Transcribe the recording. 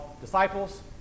disciples